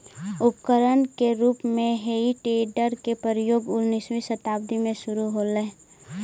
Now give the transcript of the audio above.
उपकरण के रूप में हेइ टेडर के प्रयोग उन्नीसवीं शताब्दी में शुरू होलइ